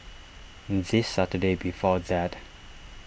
the Saturday before that